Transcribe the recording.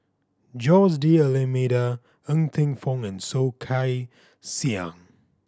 Jose D'Almeida Ng Teng Fong and Soh Kay Siang